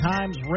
Times